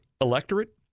electorate